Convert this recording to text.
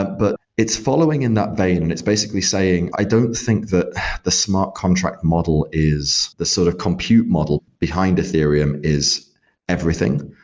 but it's following in that vein and it's basically saying, i don't think that the smart contract model is the sort of compute model behind ethereum is everything.